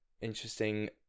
interesting